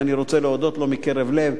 ואני רוצה להודות לו מקרב לב,